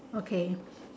okay